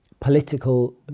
Political